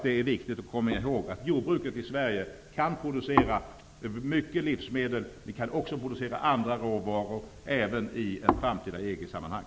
Det är viktigt att komma ihåg att jordbruket i Sverige kan producera mycket livsmedel och andra råvaror även i ett framtida EG-sammanhang.